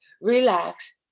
relax